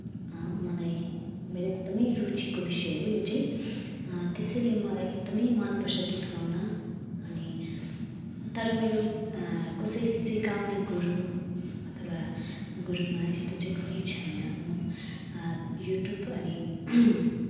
मलाई मेरो एकदमै रुचिको विषय हो यो चाहिँ त्यसैले मलाई एकदमै मनपर्छ गीत गाउन अनि तर मेरो कसै सिकाउने गुरु अथवा गुरुमा यस्तो चाहिँ कुनै छैन म युट्युब अनि